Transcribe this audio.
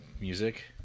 music